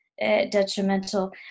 detrimental